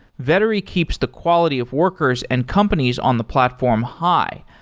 vettery keeps the quality of workers and companies on the platform high,